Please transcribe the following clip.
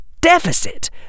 deficit